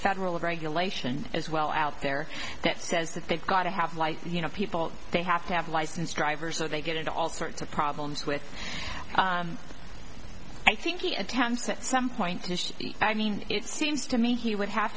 federal regulation as well out there that says that they've got to have like you know people they have to have licensed drivers so they get into all sorts of problems with i think he attempts at some point to be i mean it seems to me he would have